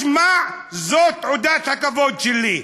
משמע זאת תעודת הכבוד שלי.